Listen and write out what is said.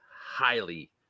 highly